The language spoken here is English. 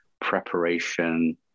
preparation